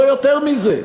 לא יותר מזה?